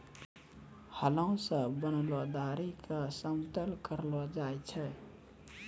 हलो सें बनलो धारी क समतल करलो जाय छै?